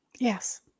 Yes